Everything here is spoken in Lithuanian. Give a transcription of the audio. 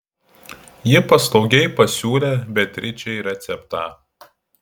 ji paslaugiai pasiūlė beatričei receptą